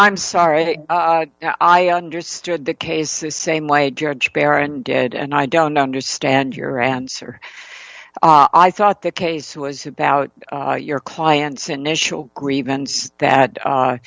i'm sorry i understood the case the same way judge karen dead and i don't understand your answer i thought the case was about your client's initial grievance that